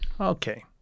Okay